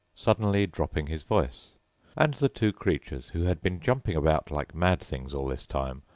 suddenly dropping his voice and the two creatures, who had been jumping about like mad things all this time,